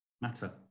matter